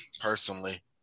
personally